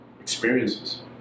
experiences